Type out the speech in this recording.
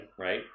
right